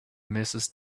mrs